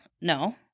No